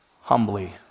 humbly